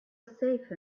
safe